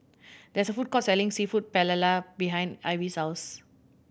there's a food court selling Seafood Paella behind Ivy's house